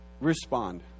respond